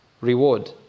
reward